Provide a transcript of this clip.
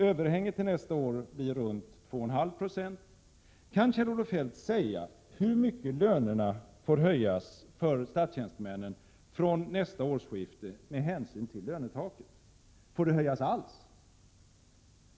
Överhänget till nästa år blir i runt tal 2,5 20. Kan Kjell-Olof Feldt säga hur mycket lönerna får höjas för statstjänstemännen från nästa årsskifte med hänsyn till lönetaket? Får det höjas alls?